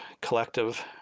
collective